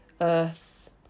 earth